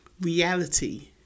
reality